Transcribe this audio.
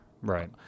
Right